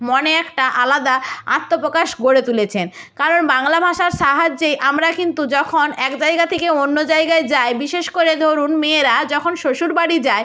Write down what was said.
মনে একটা আলাদা আত্মপ্রকাশ গড়ে তুলেছেন কারণ বাংলা ভাষার সাহায্যেই আমরা কিন্তু যখন এক জায়গা থেকে অন্য জায়গায় যাই বিশেষ করে ধরুন মেয়েরা যখন শ্বশুরবাড়ি যায়